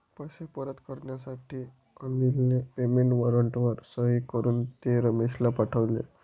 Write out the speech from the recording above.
पैसे परत करण्यासाठी अनिलने पेमेंट वॉरंटवर सही करून ते रमेशला पाठवले